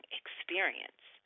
experience